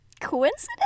Coincidence